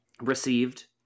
received